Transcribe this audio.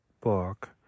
book